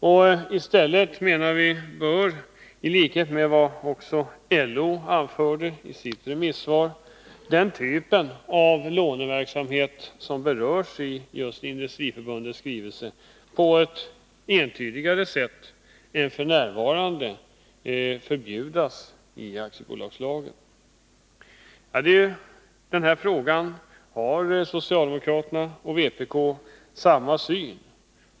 I stället menar vi, i likhet med vad LO anfört i sitt remissvar, att den typ av låneverksamhet som berörs i Industriförbundets skrivelse på ett entydigare sätt än f. n. bör förbjudas i aktiebolagslagen. I denna fråga har socialdemokraterna och vpk samma syn.